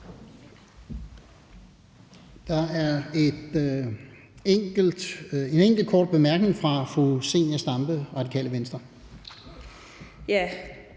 Der er en enkelt kort bemærkning fra fru Zenia Stampe, Radikale Venstre. Kl.